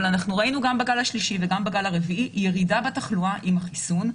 אנחנו ראינו גם בגל השלישי וגם בגל הרביעי ירידה בתחלואה עם החיסון,